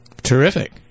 Terrific